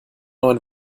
neuen